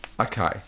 Okay